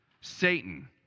Satan